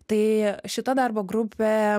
tai šita darbo grupė